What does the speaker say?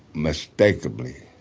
mistakenly,